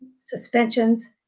suspensions